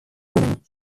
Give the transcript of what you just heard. norman